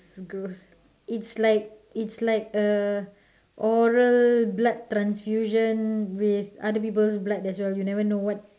gross it's like it's like a oral blood transfusion with other people's blood as well you never know what